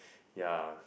ya